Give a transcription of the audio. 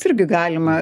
irgi galima